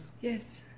Yes